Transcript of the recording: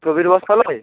Prabir Bastralaya